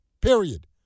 period